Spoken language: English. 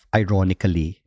ironically